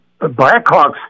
Blackhawks